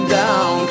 down